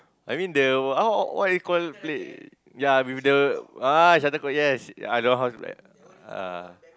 I mean the how how what you call play ya with the ah shuttlecock yes I don't know how spell ah